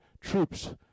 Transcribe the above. troops